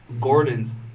Gordon's